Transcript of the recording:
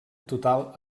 total